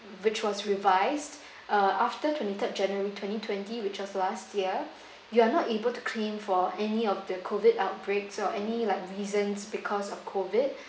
which was revised uh after twenty-third january twenty twenty which was last year you are not able to claim for any of the COVID outbreaks or any like reasons because of COVID